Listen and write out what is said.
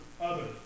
others